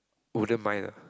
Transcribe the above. wouldn't mind lah